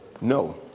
No